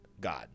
God